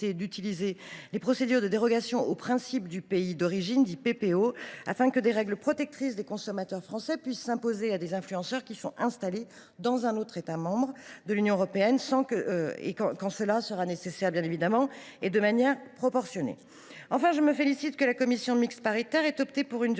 d’utiliser les procédures de dérogation au principe du pays d’origine afin que des règles protectrices des consommateurs français puissent s’imposer à des influenceurs installés dans un autre État membre de l’Union européenne, quand cela sera nécessaire et de manière proportionnée. Enfin, je me félicite que la commission mixte paritaire ait opté pour une durée